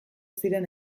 ziren